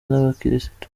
n’abakirisitu